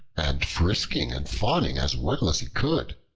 and frisking and fawning as well as he could.